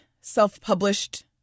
self-published